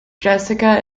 jessica